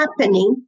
happening